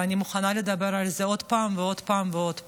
ואני מוכנה לדבר על זה עוד פעם ועוד פעם ועוד פעם.